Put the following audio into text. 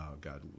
God